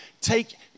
take